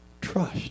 Trust